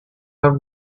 have